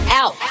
out